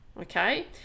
okay